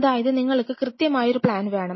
അതായത് നിങ്ങൾക്ക് കൃത്യമായ ഒരു പ്ലാൻ വേണം